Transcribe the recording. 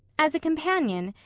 as a companion,